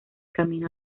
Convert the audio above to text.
camino